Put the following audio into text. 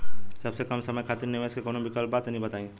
सबसे कम समय खातिर निवेश के कौनो विकल्प बा त तनि बताई?